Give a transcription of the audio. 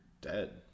dead